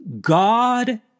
God